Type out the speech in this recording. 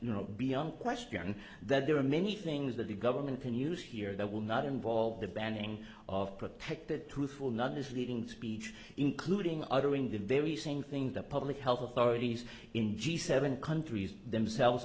know beyond question that there are many things that the government can use here that will not involve the banning of protected truthful not misleading speech including uttering the very same thing the public health authorities in g seven countries themselves